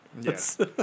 Yes